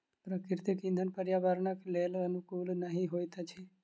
प्राकृतिक इंधन पर्यावरणक लेल अनुकूल नहि होइत अछि